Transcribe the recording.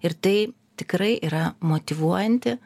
ir tai tikrai yra motyvuojanti